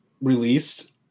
released